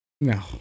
No